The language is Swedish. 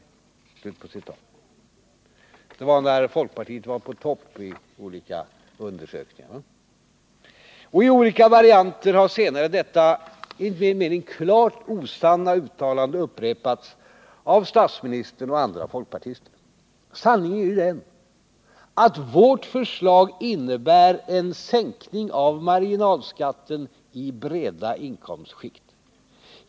Dessa uttalanden gjordes när folkpartiet var på topp enligt olika undersökningar. I flera varianter har sedan dessa enligt min mening klart osanna uttalanden upprepats av statsministern och andra folkpartister. Sanningen är att vårt förslag innebär en sänkning av marginalskatten i breda inkomstskikt.